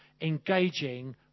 engaging